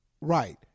right